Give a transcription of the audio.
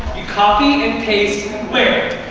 you copy and and paste where?